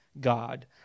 God